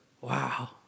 wow